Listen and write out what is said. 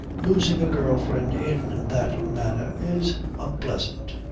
losing a girl-friend in that manner is unpleasant.